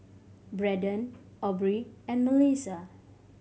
Brendon Aubree and Mellissa